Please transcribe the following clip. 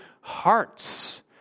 hearts